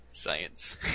science